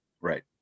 Right